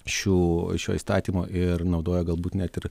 šių šio įstatymo ir naudoja galbūt net ir